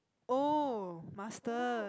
oh masters